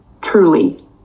truly